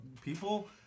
People